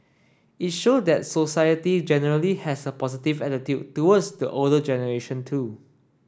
it showed that society generally has a positive attitude towards the older generation too